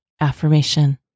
AFFIRMATION